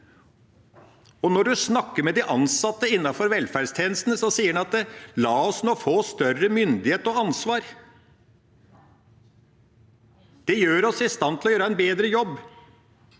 Når en snakker med de ansatte innenfor velferdstjenestene, sier de: La oss nå få større myndighet og ansvar. Det gjør oss i stand til å gjøre en bedre jobb.